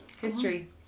history